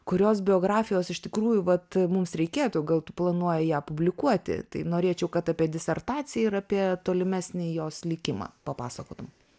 kurios biografijos iš tikrųjų vat mums reikėtų gal tu planuoji ją publikuoti tai norėčiau kad apie disertaciją ir apie tolimesnį jos likimą papasakotum